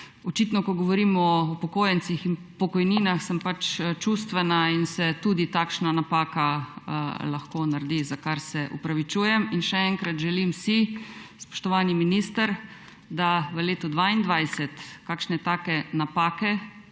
očitno sem, ko govorim o upokojencih in pokojninah, čustvena in se tudi takšna napaka lahko naredi, za kar se opravičujem. In še enkrat, želim si, spoštovani minister, da v letu 2022 kakšne takšne napake,